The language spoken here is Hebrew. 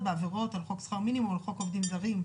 בעבירות על חוק שכר מינימום או על חוק עובדים זרים.